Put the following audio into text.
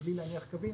בלי להניח קווים,